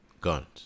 guns